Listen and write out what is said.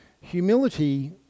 humility